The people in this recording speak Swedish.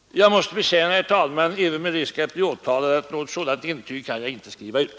Jag måste bekänna, herr talman, även med risk att bli åtalad, att något sådant intyg kan jag inte skriva ut.